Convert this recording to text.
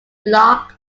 blog